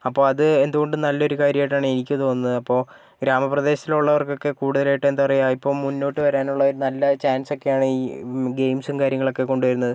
അപ്പോൾ അത് എന്തുകൊണ്ടും നല്ലൊരു കാര്യമായിട്ടാണ് എനിക്ക് തോന്നുന്നത് അപ്പോൾ ഗ്രാമപ്രദേശത്തിലുള്ളവർക്കൊക്കെ കൂടുതലായിട്ടും എന്താ പറയാ ഇപ്പം മുന്നോട്ടു വരാനുള്ള ഒരു നല്ല ചാൻസൊക്കെയാണ് ഈ ഗെയിംസും കാര്യങ്ങളുമൊക്കെ കൊണ്ടുവരുന്നത്